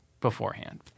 beforehand